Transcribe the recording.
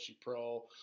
Pro